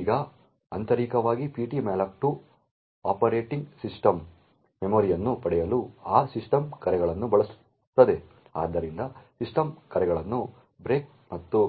ಈಗ ಆಂತರಿಕವಾಗಿ ptmalloc2 operating ಸಿಸ್ಟಮ್ನಿಂದ ಮೆಮೊರಿಯನ್ನು ಪಡೆಯಲು ಆ ಸಿಸ್ಟಮ್ ಕರೆಗಳನ್ನು ಬಳಸುತ್ತದೆ ಆದ್ದರಿಂದ ಸಿಸ್ಟಮ್ ಕರೆಗಳನ್ನು brk ಮತ್ತು